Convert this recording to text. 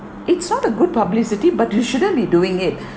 it's not a good publicity but you shouldn't be doing it